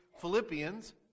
Philippians